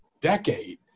decade